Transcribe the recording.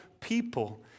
people